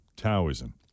Taoism